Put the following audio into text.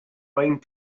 mind